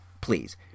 please